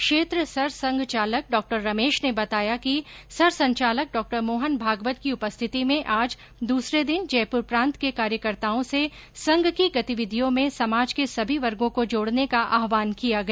क्षेत्र ँ सरसंघचालक डॉ रमेश ने बताया कि सरसंचालक डॉ मोहन भागवत की उपस्थिति में आज दूसरे दिन जयपुर प्रांत के कार्यकर्ताओं से संघ की गतिविधियों में समाज के सभी वर्गो को जोड़ने का आहवान किया गया